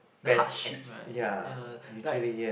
best ex~ ya usually ya